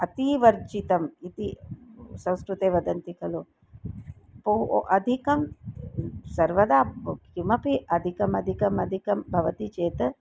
अतिवर्जितम् इति संस्कृते वदन्ति खलु पो अधिकं सर्वदा किमपि अधिकम् अधिकम् अधिकं भवति चेत्